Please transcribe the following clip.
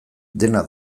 dena